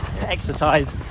exercise